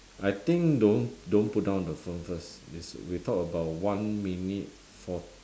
I think don't don't put down the phone first we talk about one minute for~